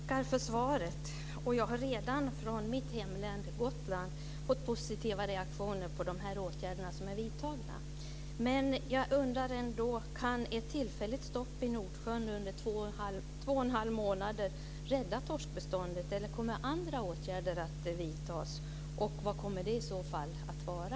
Fru talman! Jag tackar för svaret. Jag har redan från mitt län Gotland fått positiva reaktioner på de åtgärder som är vidtagna. Men jag undrar: Kan ett tillfälligt stopp i Nordsjön under två och en halv månad rädda torskbeståndet, eller kommer andra åtgärder att vidtas? Vad kommer de i så fall att vara?